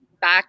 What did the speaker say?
back